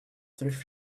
thrift